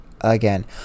again